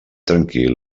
tranquil